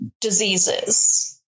diseases